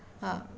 हा